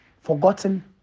forgotten